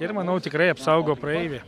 ir manau tikrai apsaugo praeivį